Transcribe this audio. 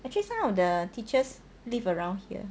actually some of the teachers live around here